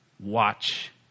watch